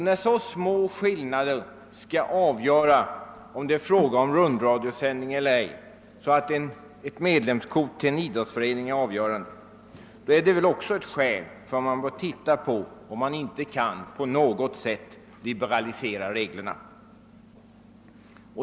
När så små skillnader skall avgöra om det är fråga om rundradiosändning eller ej att ett medlemskort till en idrottsförening är avgörande, torde det vara skäl att undersöka om inte regler na på något sätt kan liberaliseras.